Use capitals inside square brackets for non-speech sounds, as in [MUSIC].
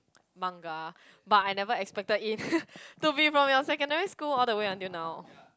manga but I never expected it [LAUGHS] to be from your secondary school all the way until now